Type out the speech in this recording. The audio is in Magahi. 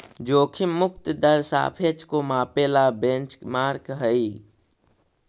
जोखिम मुक्त दर सापेक्ष को मापे ला बेंचमार्क हई